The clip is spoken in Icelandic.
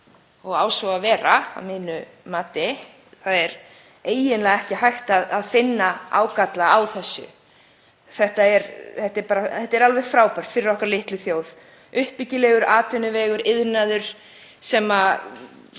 og svo á að vera, að mínu mati. Það er eiginlega ekki hægt að finna ágalla á þessu. Þetta er alveg frábært fyrir okkar litlu þjóð, uppbyggilegur atvinnuvegur, iðnaður. Þetta